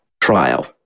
trial